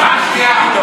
פעם שנייה.